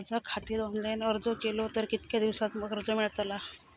कर्जा खातीत ऑनलाईन अर्ज केलो तर कितक्या दिवसात कर्ज मेलतला?